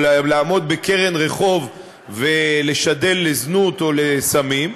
או לעמוד בקרן רחוב ולשדל לזנות או לסמים,